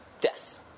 death